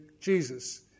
Jesus